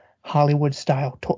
Hollywood-style